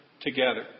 together